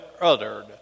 uttered